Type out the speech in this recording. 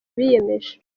biyemeje